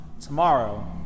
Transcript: tomorrow